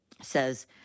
says